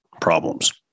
problems